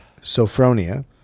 Sophronia